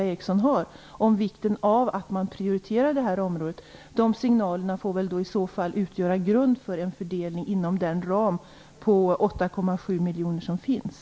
Det går fram signaler från riksdagen till Naturvårdsverket. De signalerna får utgöra en grund för en fördelning inom den ram på 8,7 miljoner som finns.